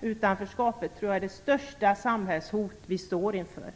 utanförskapet är det största samhällshot som vi står inför.